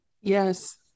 yes